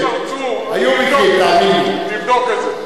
חבר הכנסת צרצור, תבדוק את זה.